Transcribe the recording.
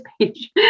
page